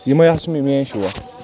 تہِ یِمے حظ چھِ میٲنۍ شوق